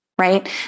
right